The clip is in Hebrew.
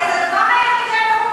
אז הדבר היחיד שהיה לרות קלדרון להגיד,